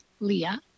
Leah